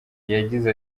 yagize